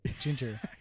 Ginger